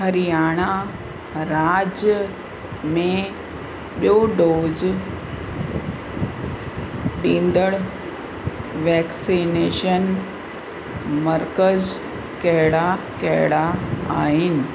हरियाणा राज्य में बि॒यो डोज ॾींदड़ु वैक्सिनेशन मर्कज़ कहिड़ा कहिड़ा आहिनि